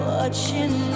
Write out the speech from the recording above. Watching